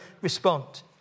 respond